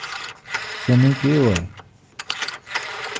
समें केह् होआ ऐ